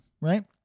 right